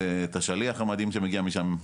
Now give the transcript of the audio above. ואת השליח המדהים שמגיע משם,